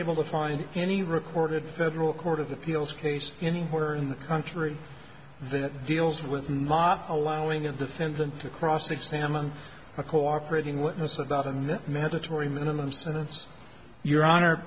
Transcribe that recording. able to find any recorded federal court of appeals case anywhere in the country that deals with mob allowing a defendant cross examined a cooperating witness about in that mandatory minimum sentence your honor